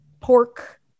pork